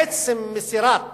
עצם מסירת